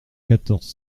quatorze